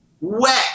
wet